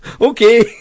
Okay